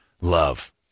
Love